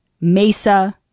Mesa